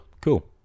cool